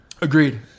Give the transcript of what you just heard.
Agreed